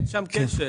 אין שם כשל.